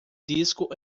disco